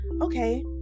Okay